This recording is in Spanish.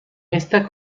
esta